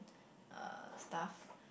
uh stuff